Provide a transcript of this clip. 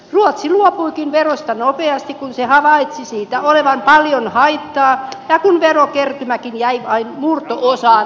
ruotsi luopuikin verosta nopeasti kun se havaitsi siitä olevan paljon haittaa ja kun verokertymäkin jäi vain murto osaan arvioidusta